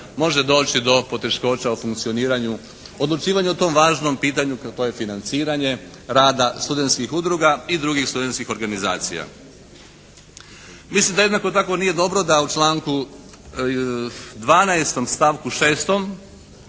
može doći do poteškoća u funkcioniranju, odlučivanju o tom važnom pitanju to je financiranje rada studentskih udruga i drugih studentskih organizacija. Mislim da jednako tako nije dobro da u članku 12. stavku 6.